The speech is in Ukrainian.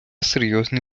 серйозні